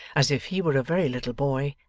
as if he were a very little boy,